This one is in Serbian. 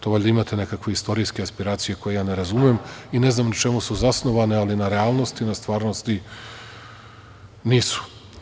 To valjda imate nekakve istorijske aspiracije koje ja ne razumem i ne znam ni na čemu su zasnovane, ali na realnosti i stvarnosti, nisu.